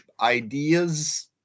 ideas